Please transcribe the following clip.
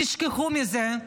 תשכחו מזה.